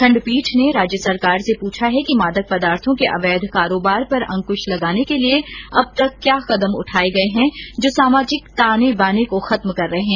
खंडपीठ ने राज्य सरकार से पूछा है कि मादक पदार्थो केअवैध कारोबार पर अंकृश लगाने के लिए अब तक क्या कदम उठाए गए हैं जो सामाजिक ताने बाने को खत्म कर रहे हैं